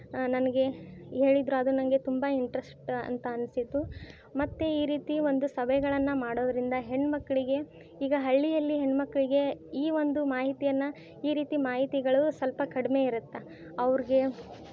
ನನಗೆ ಹೇಳಿದ್ರು ಅದು ನಂಗೆ ತುಂಬ ಇಂಟ್ರೆಸ್ಟ್ ಅಂತ ಅನಿಸಿತು ಮತ್ತು ಈ ರೀತಿ ಒಂದು ಸಭೆಗಳನ್ನ ಮಾಡೋದರಿಂದ ಹೆಣ್ಣುಮಕ್ಳಿಗೆ ಈಗ ಹಳ್ಳಿಯಲ್ಲಿ ಹೆಣ್ಣುಮಕ್ಳಿಗೆ ಈ ಒಂದು ಮಾಹಿತಿಯನ್ನು ಈ ರೀತಿ ಮಾಹಿತಿಗಳು ಸ್ವಲ್ಪ ಕಡಿಮೆ ಇರುತ್ತೆ ಅವ್ರಿಗೆ